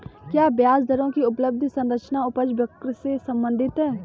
क्या ब्याज दरों की अवधि संरचना उपज वक्र से संबंधित है?